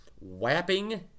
Wapping